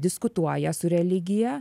diskutuoja su religija